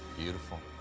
beautiful.